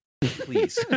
Please